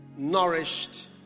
nourished